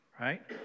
right